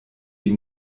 die